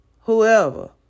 whoever